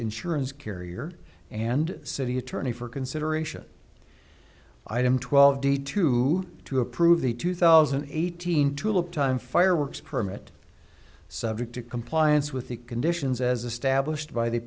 insurance carrier and city attorney for consideration item twelve d two to approve the two thousand and eighteen tulip time fireworks permit subject to compliance with the conditions as